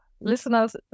listeners